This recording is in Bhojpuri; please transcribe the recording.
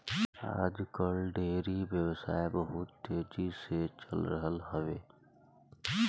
आज कल डेयरी व्यवसाय बहुत तेजी से चल रहल हौवे